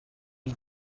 ils